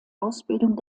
ausbildung